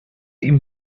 ihm